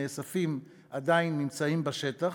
נאספים עדיין ממצאים בשטח.